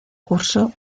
cursó